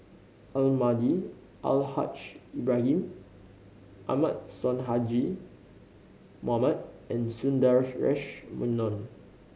Almahdi Al Haj Ibrahim Ahmad Sonhadji Mohamad and Sundaresh Menon